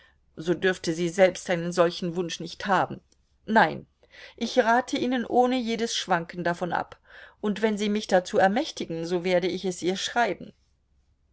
so dürfte sie selbst einen solchen wunsch nicht haben nein ich rate ihnen ohne jedes schwanken davon ab und wenn sie mich dazu ermächtigen so werde ich es ihr schreiben